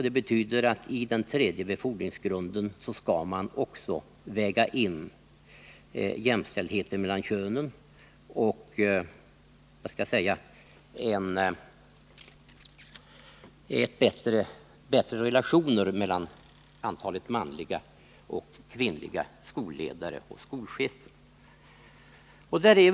Det betyder att man i den tredje befordringsgrunden också skall väga in jämställdhetsaspekten. Man vill alltså få till stånd bättre proportioner i fråga om antalet manliga och kvinnliga skolledare resp. skolchefer.